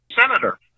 Senator